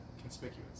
conspicuous